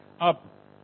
Up